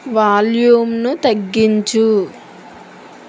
వాల్యూంను తగ్గించు